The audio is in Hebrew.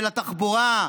של התחבורה,